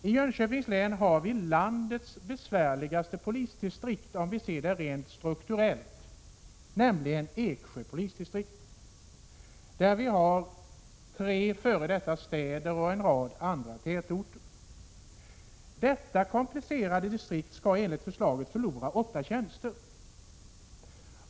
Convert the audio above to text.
I Jönköpings län finns landets besvärligaste polisdistrikt, om vi ser det rent strukturellt, nämligen Eksjö polisdistrikt, där det finns tre f. d. städer och en rad andra tätorter. Detta komplicerade distrikt skall enligt förslaget förlora åtta tjänster.